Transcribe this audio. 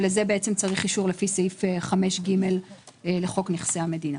ולזה צריך אישור לפי סעיף 5ג לחוק נכסי המדינה.